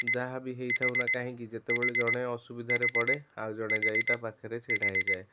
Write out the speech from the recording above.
ଯାହା ବି ହେଇଥାଉ ନା କାହିଁକି ଯେତେବେଳେ ଜଣେ ଅସୁବିଧା ରେ ପଡ଼େ ଆଉଜଣେ ଯାଇ ତା ପାଖରେ ଛିଡ଼ା ହେଇଯାଏ